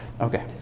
Okay